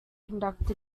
conducted